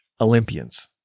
Olympians